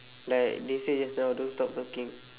like they say just now don't stop talking